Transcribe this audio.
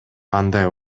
кандай